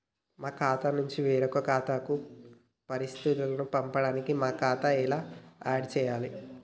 మా ఖాతా నుంచి వేరొక ఖాతాకు పరిస్థితులను పంపడానికి మా ఖాతా ఎలా ఆడ్ చేయాలి?